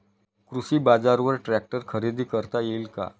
कृषी बाजारवर ट्रॅक्टर खरेदी करता येईल का?